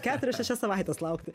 keturias šešias savaites laukti